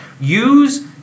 use